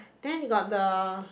then you got the